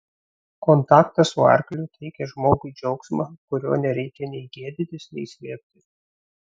kontaktas su arkliu teikia žmogui džiaugsmą kurio nereikia nei gėdytis nei slėpti